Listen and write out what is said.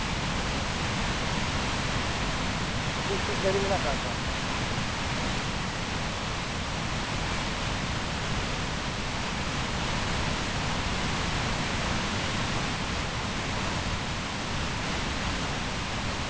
ᱦᱮᱸ ᱪᱮᱫ ᱪᱮᱫ ᱫᱟᱨᱮ ᱢᱮᱱᱟᱜ ᱟᱠᱟᱫ ᱛᱮ